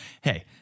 Hey